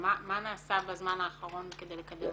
מה נעשה בזמן האחרון כדי לקדם אותה?